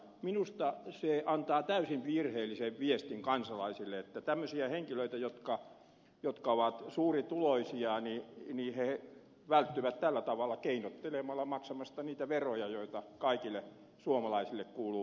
minusta se antaa täysin virheellisen viestin kansalaisille että tämmöiset henkilöt jotka ovat suurituloisia välttyvät tällä tavalla keinottelemalla maksamasta niitä veroja jotka kaikille suomalaisille kuuluvat velvollisuudeksi